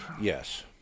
Yes